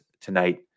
tonight